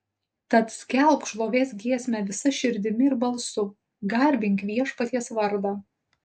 tad skelbk šlovės giesmę visa širdimi ir balsu garbink viešpaties vardą